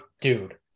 dude